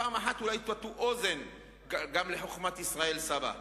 פעם אחת אולי תטו אוזן גם לחוכמת ישראל סבא.